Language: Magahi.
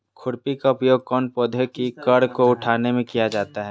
खुरपी का उपयोग कौन पौधे की कर को उठाने में किया जाता है?